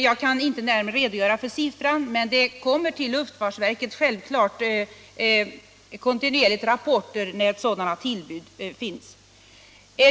Jag kan inte närmare redogöra för detta antal, men luftfartsverket får självfallet kontinuerligt rapporter när sådana tillbud inträffar.